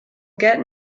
get